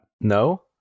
No